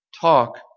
talk